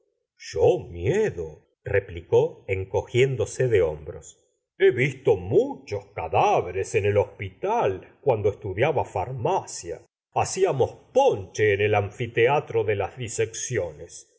yo miedo replicó encogiéndose de hombros he visto muchos cadáveres en el hospital cuando estudiaba farmacia haciamos ponche en el anfiteatro de las disecciones